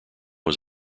was